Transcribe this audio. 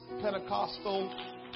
Pentecostal